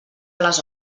les